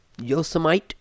Yosemite